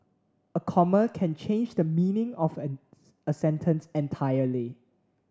a comma can change the meaning of an a sentence entirely